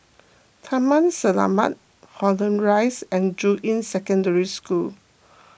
Taman Selamat Holland Rise and Juying Secondary School